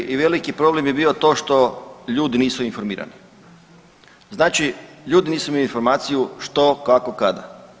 Prvi i veliki problem je bio to što ljudi nisu informirani, znači ljudi nisu imali informaciju što, kako, kada.